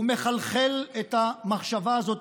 והוא מחלחל את המחשבה הזאת,